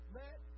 let